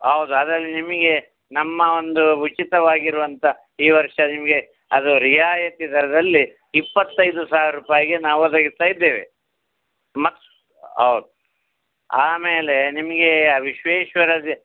ಹೌದು ಅದರಲ್ಲಿ ನಿಮಗೆ ನಮ್ಮ ಒಂದು ಉಚಿತವಾಗಿರುವಂತ ಈ ವರ್ಷ ನಿಮಗೆ ಅದು ರಿಯಾಯತಿ ದರದಲ್ಲಿ ಇಪ್ಪತ್ತೈದು ಸಾವಿರ ರೂಪಾಯಿಗೆ ನಾವು ಒದಗಿಸ್ತಾ ಇದ್ದೇವೆ ಮತ್ತೆ ಹೌದ್ ಆಮೇಲೆ ನಿಮಗೆ ಆ ವಿಶ್ವೇಶ್ವರ